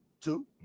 two